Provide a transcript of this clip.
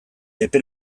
epe